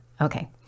okay